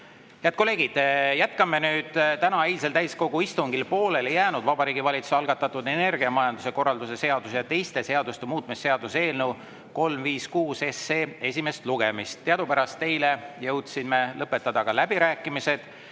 Head kolleegid, jätkame nüüd eilsel täiskogu istungil pooleli jäänud Vabariigi Valitsuse algatatud energiamajanduse korralduse seaduse ja teiste seaduste muutmise seaduse eelnõu 356 esimest lugemist. Teadupärast eile jõudsime lõpetada ka läbirääkimised.